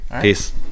Peace